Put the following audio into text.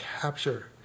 capture